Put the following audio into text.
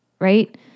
right